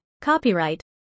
Copyright